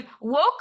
woke